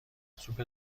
سوپ